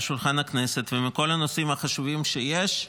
שולחן הכנסת ומכל הנושאים החשובים שיש,